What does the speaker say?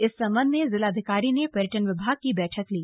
इस संबंध में जिलाधिकारी ने पर्यटन विभाग की बैठक ली